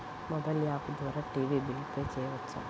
Mobile app ద్వారా TV bill pay చేయవచ్చా?